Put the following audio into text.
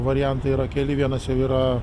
variantai yra keli vienas jau yra